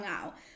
out